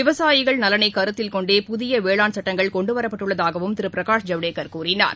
விவசாயிகள் நலனைகருத்தில்கொண்டே புதியவேளான் சட்டங்கள் கொண்டுவரப்பட்டுள்ளதாகவும் திருபிரகாஷ் ஜவடேகர் கூறினார்